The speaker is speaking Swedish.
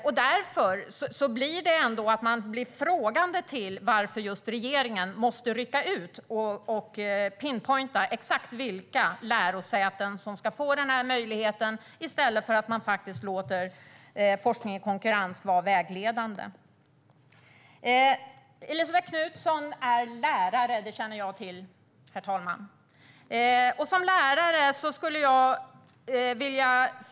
Av detta skäl ställer sig många frågande till att regeringen har ryckt ut och "pinpointat" exakt vilka lärosäten som ska få denna möjlighet i stället för att låta forskning i konkurrens vara vägledande. Herr talman! Jag känner till att Elisabet Knutsson liksom jag är lärare.